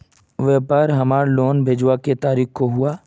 व्यापार हमार लोन भेजुआ तारीख को हुआ?